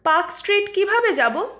park Street কীভাবে যাব